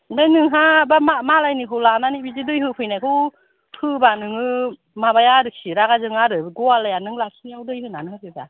ओमफ्राय नोंहा बा मालायनिखौ लानानै बिदि दै होफैनायखौ होबा नोङो माबाया आरोखि रागा जोङा आरो गवालाया नों लाखिनायाव दै होनानै होफैबा